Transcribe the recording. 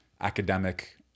academic